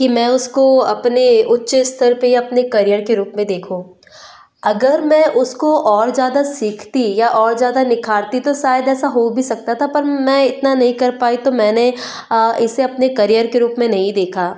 कि मैं उसको अपने उच्च स्तर पर या अपने करियर के रूप में देखूँ अगर मैं उसको और ज्यादा सीखती या और ज्यादा निखारती तो शायद ऐसा हो भी सकता था पर मैं इतना नहीं कर पाई तो मैंने इसे अपने करियर के रूप में नहीं देखा